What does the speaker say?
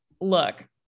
look